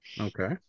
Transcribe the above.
Okay